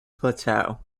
plateau